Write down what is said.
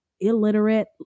illiterate